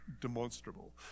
demonstrable